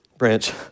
Branch